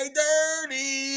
dirty